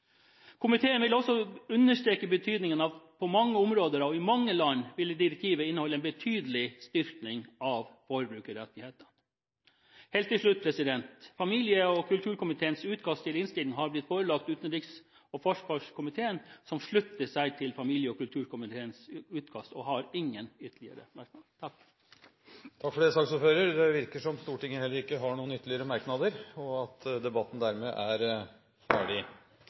Komiteen vil også understreke betydningen av at på mange områder og i mange land vil direktivet inneholde en betydelig styrking av forbrukerrettighetene. Helt til slutt: Familie- og kulturkomiteens utkast til innstilling har blitt forelagt utenriks- og forsvarskomiteen, som slutter seg til familie- og kulturkomiteens utkast og har ingen ytterligere merknader. Takk for det, ordfører. Det virker som om Stortinget heller ikke har noen ytterligere merknader, og at debatten i sak nr. 5 dermed er ferdig.